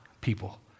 people